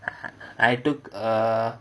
I took uh